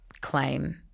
claim